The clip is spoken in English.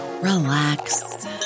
relax